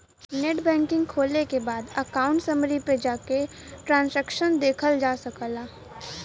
net banking खोले के बाद अकाउंट समरी पे जाके ट्रांसैक्शन देखल जा सकला